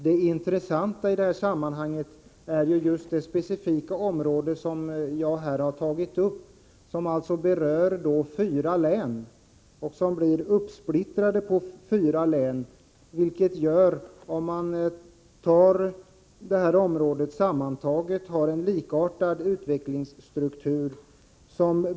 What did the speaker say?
Det intressanta i detta sammanhang är det specifika område som jag här har berört. Det är alltså uppsplittrat på fyra län, men har sammantaget en likartad utvecklingsstruktur.